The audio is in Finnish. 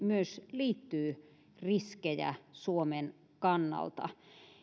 liittyy myös riskejä suomen kannalta